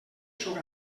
sóc